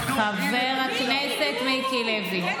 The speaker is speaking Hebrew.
חבר הכנסת מיקי לוי.